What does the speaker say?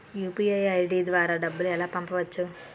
UPI ID ద్వారా డబ్బులు ఎలా పంపవచ్చు?